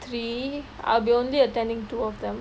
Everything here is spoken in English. three I'll be only attending two of them